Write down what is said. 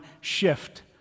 Shift